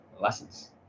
lessons